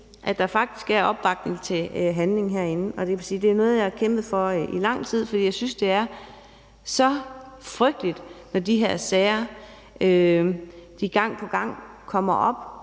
at der faktisk er opbakning til handling herinde. Jeg vil sige, at det er noget, jeg har kæmpet for i lang tid, for jeg synes, det er så frygteligt, at de her sager kommer op